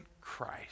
Christ